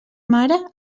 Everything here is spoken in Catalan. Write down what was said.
mare